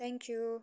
thank you